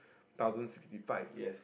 thousand sixty five